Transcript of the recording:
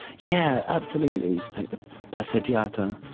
yeah absolutely, like the passeggiata,